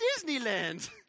Disneyland